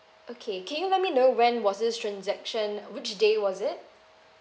okay can you let me know when was this transaction which day was it